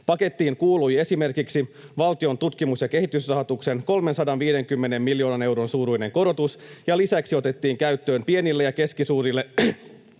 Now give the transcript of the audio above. Pakettiin kuului esimerkiksi valtion tutkimus- ja kehitysrahoituksen 350 miljoonan euron suuruinen korotus, ja lisäksi otettiin käyttöön pienille ja keskisuurille